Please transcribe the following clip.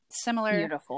similar